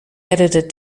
edited